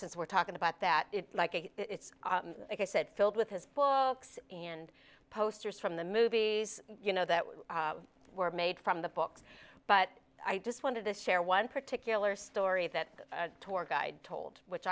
since we're talking about that like it's like i said filled with his books and posters from the movies you know that were made from the books but i just wanted to share one particular story that tour guide told which